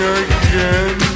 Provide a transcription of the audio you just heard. again